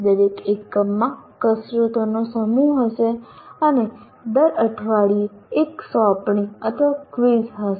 દરેક એકમમાં કસરતોનો સમૂહ હશે અને દર અઠવાડિયે એક સોંપણીઅથવા ક્વિઝ હશે